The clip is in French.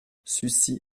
sucy